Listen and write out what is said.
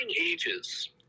ages